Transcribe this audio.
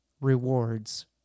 rewards